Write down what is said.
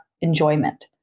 enjoyment